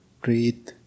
breathe